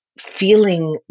feeling